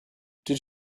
did